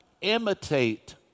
imitate